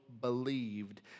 believed